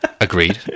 agreed